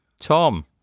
Tom